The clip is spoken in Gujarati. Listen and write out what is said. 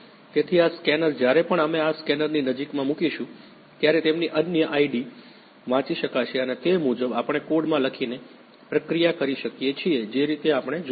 તેથી આ સ્કેનર જ્યારે પણ અમે આ સ્કેનરની નજીકમાં મૂકીશું ત્યારે તેમની અનન્ય આઈડી વાંચી શકાશે અને તે મુજબ આપણે કોડમાં લખીને પ્રક્રિયા કરી શકીએ છીએ જે રીતે આપણે જોઈએ છે